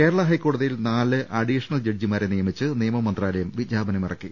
കേരള ഹൈക്കോടതിയിൽ നാല് അഡീഷണൽ ജഡ്ജിമാരെ നിയമിച്ച് നിയമ മന്ത്രാലയം വിജ്ഞാപനം ഇറക്കി